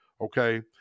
Okay